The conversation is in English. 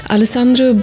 Alessandro